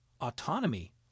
autonomy